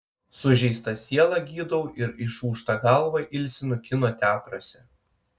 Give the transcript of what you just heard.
sužeistą sielą gydau ir išūžtą galvą ilsinu kino teatruose